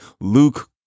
luke